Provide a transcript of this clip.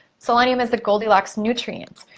selenium is the goldilocks nutrient,